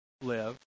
live